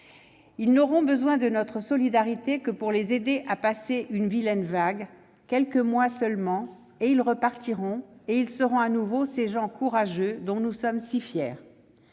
Ils n'auront besoin de notre solidarité que pour les aider à passer une vilaine vague, quelques mois seulement, et ils repartiront et seront de nouveau ces gens courageux dont nous sommes si fiers.